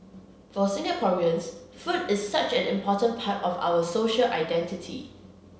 for Singaporeans food is such an important part of our social identity